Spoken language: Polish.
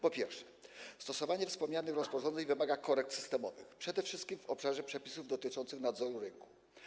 Po pierwsze, stosowanie wspomnianych rozporządzeń wymaga korekt systemowych przede wszystkim w obszarze przepisów dotyczących nadzoru rynku.